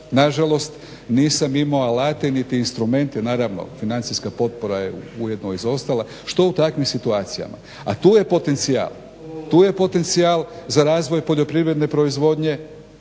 Nažalost, nisam imao alate niti instrumente naravno financijska potpora je ujedno izostala. Što u takvim situacijama? A tu je potencijal za razvoj poljoprivredne proizvodnje.